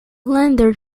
lander